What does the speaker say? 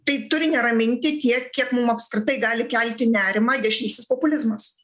tai turi neraminti tiek kiek mum apskritai gali kelti nerimą dešinysis populizmas